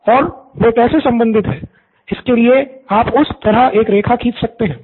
और वे कैसे संबंधित हैं इसके लिए आप उस तरह एक रेखा खींच सकते हैं